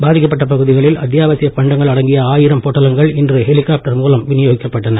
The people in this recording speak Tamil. பாதிக்கப்பட்ட பகுதிகளில் அத்தியாவசியப் பண்டங்கள் அடங்கிய ஆயிரம் பொட்டலங்கள் ஹெலிகாப்டர் மூலம் வினியோகிக்கப் பட்டன